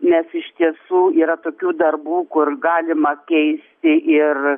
nes iš tiesų yra tokių darbų kur galima keisti ir